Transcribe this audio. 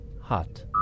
hot